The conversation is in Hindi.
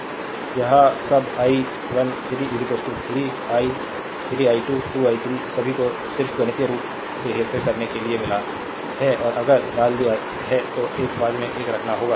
स्लाइड टाइम देखें 2713 यह सब i 1 3 3 i 3 i2 2 i 3 सभी को सिर्फ गणितीय रूप से हेरफेर करने के लिए मिला है और अगर डाल दिया है तो एक के बाद एक रखना होगा